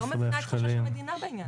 אני לא מבינה את חשש המדינה בעניין הזה.